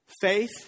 faith